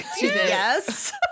Yes